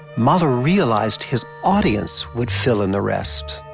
mahler realized his audience would fill in the rest.